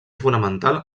fonamental